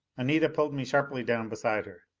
anita pulled me sharply down beside her.